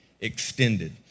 extended